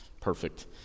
Perfect